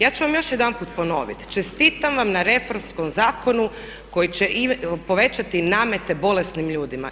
Ja ću vam još jedanput ponoviti, čestitam vam na reformskog zakonu koji će povećati namete bolesnim ljudima.